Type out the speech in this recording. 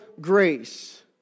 grace